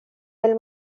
del